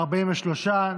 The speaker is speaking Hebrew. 43,